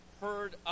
heard